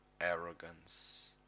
arrogance